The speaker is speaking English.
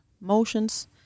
motions